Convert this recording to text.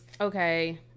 okay